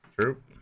True